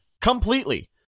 completely